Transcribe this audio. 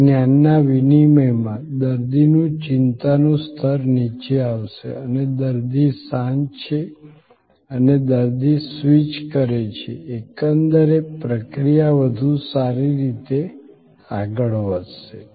તે જ્ઞાનના વિનિમયમાં દર્દીની ચિંતાનું સ્તર નીચે આવશે અને દર્દી શાંત છે અને દર્દી સ્વિચ કરે છે એકંદરે પ્રક્રિયા વધુ સારી રીતે આગળ વધશે